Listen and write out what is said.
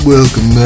Welcome